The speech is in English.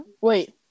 Wait